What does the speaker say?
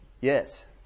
Yes